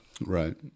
Right